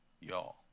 y'all